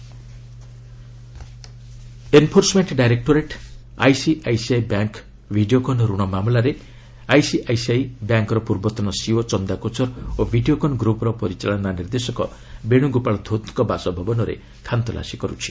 ED searches enforcement directorate ICICI bank Videocon ରଣ ମାମଲାରେ ICICI bank ର ପୂର୍ବତନ ସିଇଓ ଚନ୍ଦା କୋଚ୍ଚର ଓ ଭିଡ଼ିଓକନ୍ ଗ୍ରୁପ୍ ପରିଚାଳନା ନିର୍ଦ୍ଦେଶକ ବେଣୁଗୋପାଳ ଧୁତ୍ଙ୍କ ବାସଭବନରେ ଖାନତଲାସି କରୁଛି